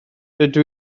dydw